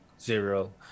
zero